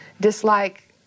dislike